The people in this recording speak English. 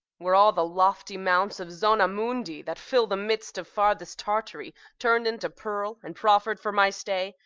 were all the lofty mounts of zona mundi that fill the midst of farthest tartary turn'd into pearl and proffer'd for my stay,